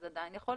יכול,